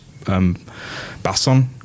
Basson